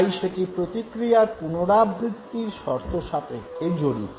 তাই সেটি প্রতিক্রিয়ার পুনরাবৃত্তির শর্তসাপেক্ষে জড়িত